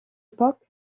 époque